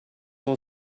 will